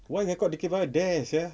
why record dikir barat there sia